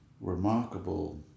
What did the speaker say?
remarkable